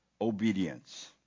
obedience